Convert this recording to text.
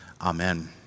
Amen